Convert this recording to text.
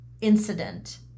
incident